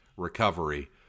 Recovery